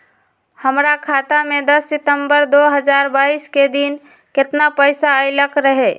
हमरा खाता में दस सितंबर दो हजार बाईस के दिन केतना पैसा अयलक रहे?